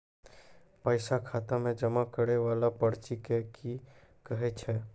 पैसा खाता मे जमा करैय वाला पर्ची के की कहेय छै?